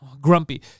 grumpy